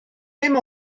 dim